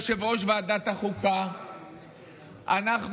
ויגידו: אוקיי, נהדר, יש פשרה.